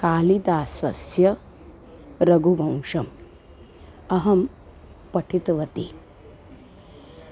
कालिदासस्य रघुवंशम् अहं पठितवती